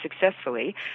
successfully